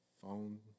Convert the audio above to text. phone